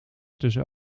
tussen